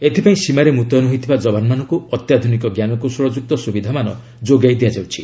ଏଥିପାଇଁ ସୀମାରେ ମୁତୟନ ହୋଇଥିବା ଯବାନମାନଙ୍କୁ ଅତ୍ୟାଧୁନିକ ଜ୍ଞାନକୌଶଳଯୁକ୍ତ ସୁବିଧାମାନ ଯୋଗାଇ ଦିଆଯାଉଛି